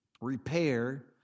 Repair